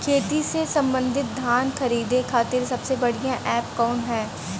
खेती से सबंधित साधन खरीदे खाती सबसे बढ़ियां एप कवन ह?